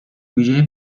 ویژهی